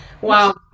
wow